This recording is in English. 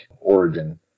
origin